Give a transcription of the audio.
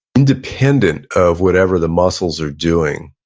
independent of whatever the muscles are doing.